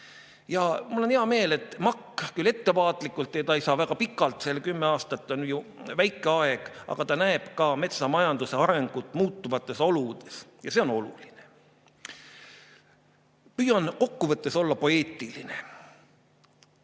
Mul on hea meel, et MAK, küll ettevaatlikult – ta ei saa väga pikalt, see kümme aastat on väike aeg –, aga näeb ka metsamajanduse arengut muutuvates oludes. See on oluline. Püüan kokku võttes olla poeetiline,